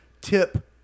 Tip